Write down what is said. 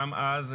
גם אז,